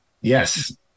Yes